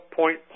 point